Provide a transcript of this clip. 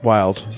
Wild